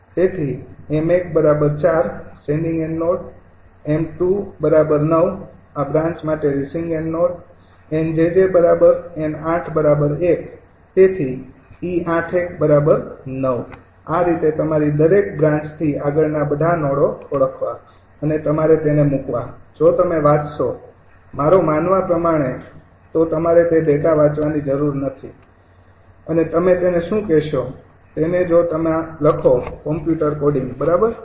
તેથી 𝑚૧ ૪ sending end node m૨ ૯ આ બ્રાન્ચ માટે રિસીવિંગ એન્ડ નોડ 𝑁𝑗𝑗 𝑁૮ ૧ તેથી 𝑒૮૧ ૯ આ રીતે તમારી દરેક બ્રાન્ચથી આગળના બધા નોડો ઓળખવા અને તમારે તેને મૂકવા જો તમે વાચશો મારો મારા માનવા પ્રમાણે તો તમારે તે ડેટા વાંચવાની જરૂર છે અને તમે તેને શું કેશો તેને જો તેમાં લખો કમ્પ્યુટર કોડિંગ બરાબર